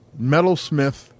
metalsmith